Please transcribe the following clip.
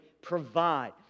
provide